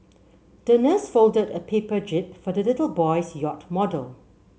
the nurse folded a paper jib for the little boy's yacht model